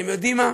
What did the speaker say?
אתם יודעים מה?